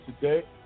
today